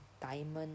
diamond